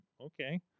Okay